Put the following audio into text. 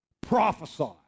Prophesy